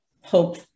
hope